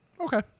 Okay